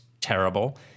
terrible